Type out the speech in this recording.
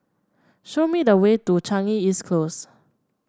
show me the way to Changi East Close